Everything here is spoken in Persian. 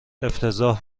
افتضاح